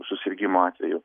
susirgimo atvejų